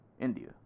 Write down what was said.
India